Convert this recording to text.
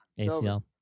ACL